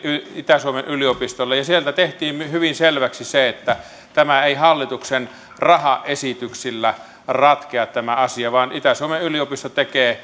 itä suomen yliopistolle ja sieltä tehtiin hyvin selväksi se että tämä asia ei hallituksen rahaesityksillä ratkea vaan itä suomen yliopisto tekee